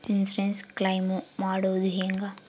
Insurance claim ಮಾಡೋದು ಹೆಂಗ?